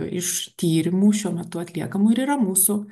iš tyrimų šiuo metu atliekamų ir yra mūsų